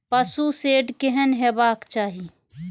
पशु शेड केहन हेबाक चाही?